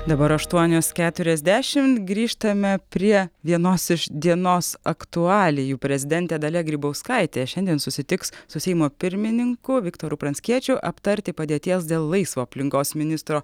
dabar aštuonios keturiasdešimt grįžtame prie vienos iš dienos aktualijų prezidentė dalia grybauskaitė šiandien susitiks su seimo pirmininku viktoru pranckiečiu aptarti padėties dėl laisvo aplinkos ministro